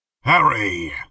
Harry